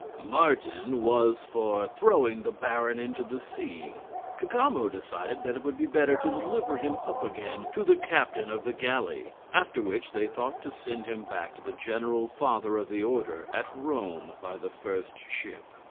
martin was for throwing the baron into the sea cacambo decided that it would be better to deliver him up again to the captain of the galley, after which they thought to send him back to the general father of the order at rome by the first ship.